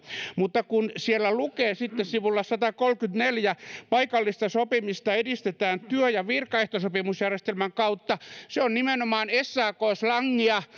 mutta kun siellä lukee sitten sivulla satakolmekymmentäneljä paikallista sopimista edistetään työ ja virkaehtosopimusjärjestelmän kautta se on nimenomaan sak slangia